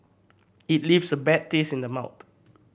it leaves a bad taste in the mouth